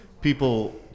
people